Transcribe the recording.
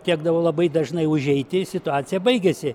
tekdavo labai dažnai užeiti situacija baigėsi